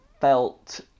felt